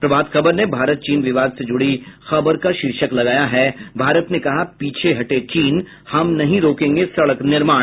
प्रभात खबर ने भारत चीन विवाद से जुड़ी खबर का शीर्षक लगाया है भारत ने कहा पीछे हटे चीन हम नहीं रोकेंगे सड़क निर्माण